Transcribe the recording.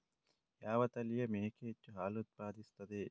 ಯಾವ ತಳಿಯ ಮೇಕೆ ಹೆಚ್ಚು ಹಾಲು ಉತ್ಪಾದಿಸುತ್ತದೆ?